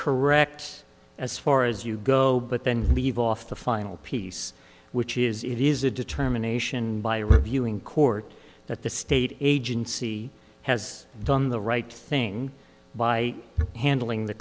correct as far as you go but then leave off the final piece which is it is a determination by reviewing court that the state agency has done the right thing by handling the